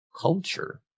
culture